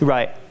Right